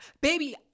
baby